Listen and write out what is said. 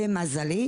למזלי.